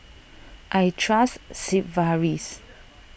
I trust Sigvaris